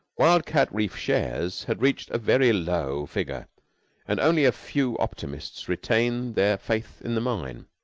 wild-cat reef shares had reached a very low figure, and only a few optimists retained their faith in the mine.